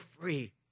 free